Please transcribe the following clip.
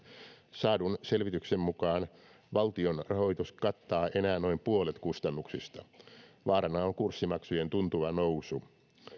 saadun selvityksen mukaan valtion rahoitus kattaa enää noin puolet kustannuksista vaarana on kurssimaksujen tuntuva nousu